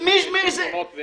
אם יש שיטפונות או אין שיטפונות,